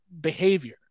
Behavior